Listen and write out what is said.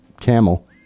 camel